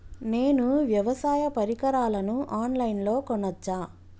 నేను వ్యవసాయ పరికరాలను ఆన్ లైన్ లో కొనచ్చా?